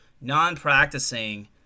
non-practicing